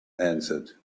answered